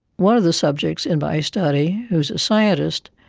one of the subjects in my study was a scientist,